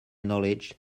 knowledge